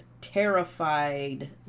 terrified